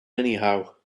anyhow